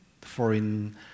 foreign